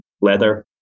leather